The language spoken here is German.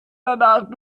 danach